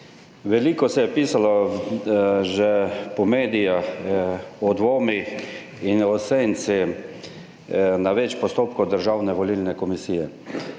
Veliko se je pisalo že po medijih o dvomih in o senci na več postopkov Državne volilne komisije.